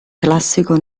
classico